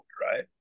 right